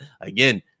again